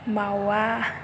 मावआ